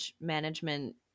management